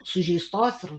sužeistos ir